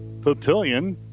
Papillion